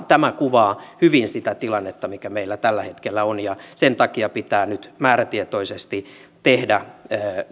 tämä kuvaa hyvin sitä tilannetta mikä meillä tällä hetkellä on ja sen takia pitää nyt määrätietoisesti tehdä